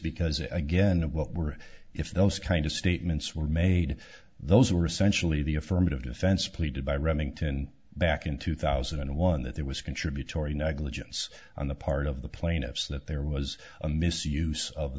because again what we're if those kind of statements were made those were essentially the affirmative defense pleaded by remington back in two thousand and one that there was contributory negligence on the part of the plaintiffs that there was a misuse of